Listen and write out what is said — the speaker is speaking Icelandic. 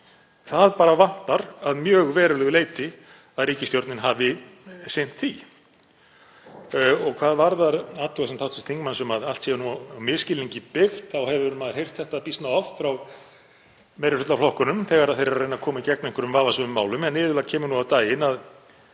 Það vantar að mjög verulegu leyti að ríkisstjórnin hafi sinnt því. Hvað varðar athugasemd hv. þingmanns um að allt sé á misskilningi byggt þá hefur maður heyrt þetta býsna oft frá meirihlutaflokkunum þegar þeir eru að reyna að koma í gegn einhverjum vafasömum málum en iðulega kemur á daginn að